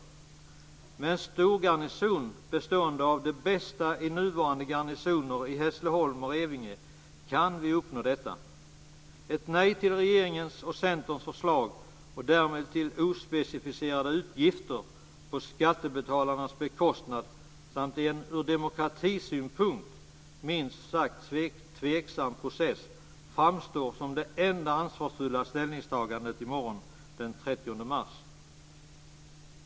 Med en stor garnison bestående av det bästa i nuvarande garnisoner i Hässleholm och Revinge kan vi uppnå detta. Ett nej till regeringens och Centerns förslag, och därmed till ospecificerade utgifter på skattebetalarnas bekostnad samt en från demokratisynpunkt minst sagt tveksam process, framstår som det enda ansvarsfulla ställningstagandet i morgon den 30 mars.